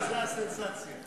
זו הסנסציה.